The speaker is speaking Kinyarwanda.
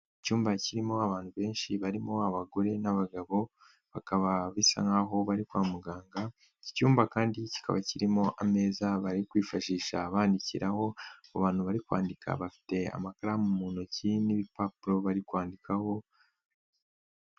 Icyumba kirimo abantu benshi barimo abagore n'abagabo, bakaba bisa nk'aho bari kwa muganga, iki cyumba kandi kikaba kirimo ameza bari kwifashisha bandikiraho, bantu bari kwandika bafite amakaramu mu ntoki n'ibipapuro bari kwandikaho.